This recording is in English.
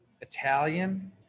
Italian